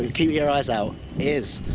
keep your eyes out! ears!